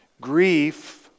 grief